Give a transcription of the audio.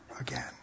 again